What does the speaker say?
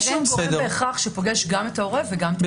אין שום גורם בהכרח שפוגש גם את ההורה וגם את הילד.